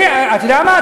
אתה יודע מה?